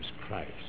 Christ